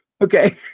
Okay